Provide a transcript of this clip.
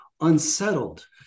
unsettled